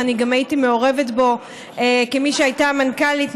ואני גם הייתי מעורבת בו כמי שהייתה מנכ"לית,